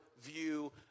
view